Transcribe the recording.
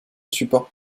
support